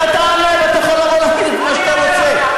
אתה תעלה ואתה יכול לבוא להגיד מה שאתה רוצה.